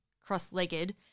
cross-legged